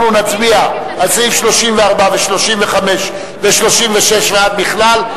אנחנו נצביע על סעיפים 34 ו-35 ו-36 ועד בכלל,